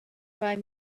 five